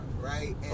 right